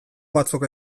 batzuk